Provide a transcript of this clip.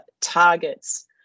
targets